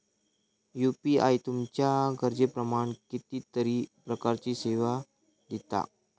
UPI तुमच्या गरजेप्रमाण कितीतरी प्रकारचीं सेवा दिता